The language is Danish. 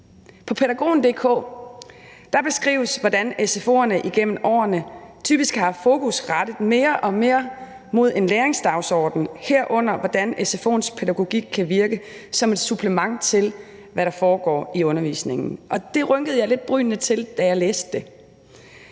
På paedagogen.dk beskrives det, hvordan sfo'erne igennem årene typisk har rettet fokus mere og mere mod en læringsdagsorden, herunder hvordan sfo'ens pædagogik kan virke som et supplement til, hvad der foregår i undervisningen. Og det rynkede jeg lidt brynene over, da jeg læste det.